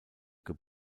geb